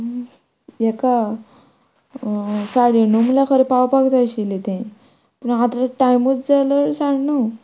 हेका साडे णव म्हळ्यार खरें पावपाक जाय आशिल्लें तें पूण आतां टायमूच जाय जालो साडे णव